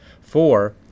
Four